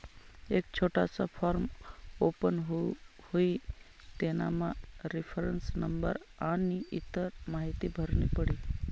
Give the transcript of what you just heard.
एक छोटासा form open हुई तेनामा रेफरन्स नंबर आनी इतर माहीती भरनी पडी